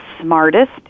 smartest